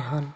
एहन?